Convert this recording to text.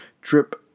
Drip